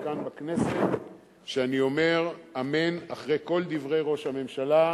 כאן בכנסת שאני אומר אמן אחרי כל דברי ראש הממשלה,